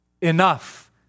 Enough